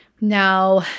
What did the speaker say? Now